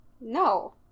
No